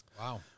Wow